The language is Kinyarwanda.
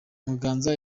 muganza